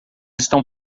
estão